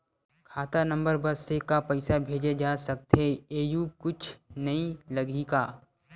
खाता नंबर बस से का पईसा भेजे जा सकथे एयू कुछ नई लगही का?